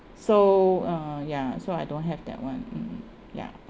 so uh ya so I don't have that [one] mm ya